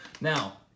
Now